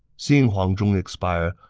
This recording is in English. seeing huang zhong expire,